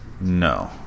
No